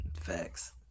facts